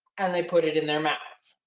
and they put it in their mouth.